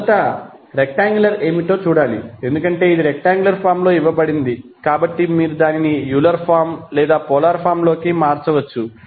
మీరు మొదట రెక్టాంగ్యులర్ ఏమిటో చూడాలి ఎందుకంటే ఇది రెక్టాంగ్యులర్ ఫార్మ్ లో ఇవ్వబడింది కాబట్టి మీరు దానిని యూలర్ ఫార్మ్ లేదా పోలార్ ఫార్మ్ లోకి మార్చవచ్చు